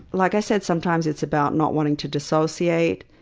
like i said, sometimes it's about not wanting to dissociate.